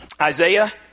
Isaiah